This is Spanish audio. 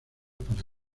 para